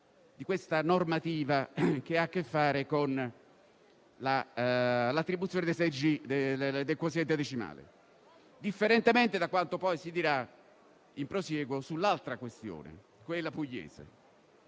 della normativa che ha che fare con l'attribuzione del quoziente decimale, differentemente da quanto poi si dirà nel prosieguo sull'altra questione, quella pugliese.